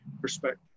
perspective